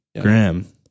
Graham